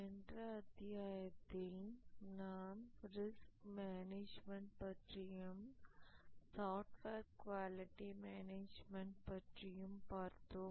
சென்ற அத்தியாயத்தில் நாம் ரிஸ்க் மேனேஜ்மென்ட் பற்றியும் சாஃப்ட்வேர் குவாலிட்டி மேனேஜ்மென்ட் பற்றியும் பார்த்தோம்